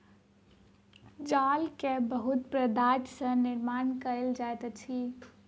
जाल के बहुत पदार्थ सॅ निर्माण कयल जाइत अछि